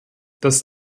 dass